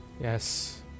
Yes